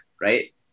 right